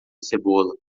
cebola